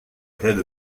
ahead